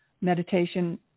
meditation